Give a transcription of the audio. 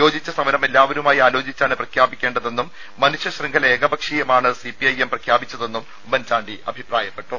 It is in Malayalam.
യോജിച്ച സമരം എല്ലാവരുമായി ആലോചിച്ചാണ് പ്രഖ്യാപിക്കേണ്ടതെന്നും മനുഷ്യ ശ്യംഖല എകപക്ഷീയമായാണ് സിപിഐഎം പ്രഖ്യാപിച്ചതെന്നും ഉമ്മൻ ചാണ്ടി അഭിപ്രായപ്പെട്ടു